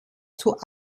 zur